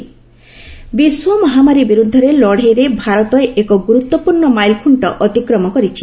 vaccination ବିଶ୍ୱମହାମାରୀ ବିରୁଦ୍ଧରେ ଲଢେଇରେ ଭାରତ ଏକ ଗୁରୁତ୍ୱପୂର୍ଣ୍ଣ ମାଇଲଖୁଙ୍କ ଅତିକ୍ରମ କରିଛି